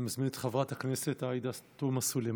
אני מזמין את חברת הכנסת עאידה תומא סלימאן.